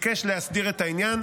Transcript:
וביקש להסדיר את העניין.